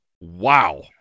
wow